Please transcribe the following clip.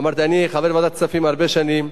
אמרתי: אני חבר ועדת הכספים הרבה שנים,